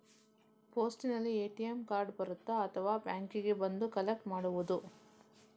ಪೋಸ್ಟಿನಲ್ಲಿ ATM card ಬರುತ್ತಾ ಅಥವಾ ಬ್ಯಾಂಕಿಗೆ ಬಂದು ಕಲೆಕ್ಟ್ ಮಾಡುವುದು?